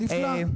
נפלא.